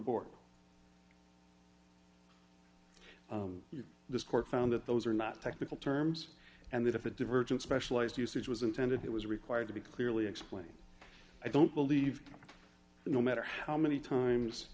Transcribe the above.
board this court found that those are not technical terms and that if a divergent specialized usage was intended it was required to be clearly explained i don't believe no matter how many times